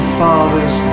fathers